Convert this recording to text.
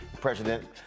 President